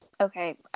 Okay